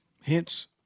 hence